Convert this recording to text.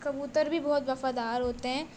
کبوتر بھی بہت وفادار ہوتے ہیں